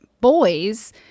boys